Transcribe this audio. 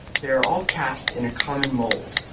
they are all cast in a common mould,